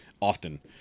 often